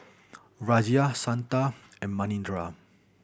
Razia Santha and Manindra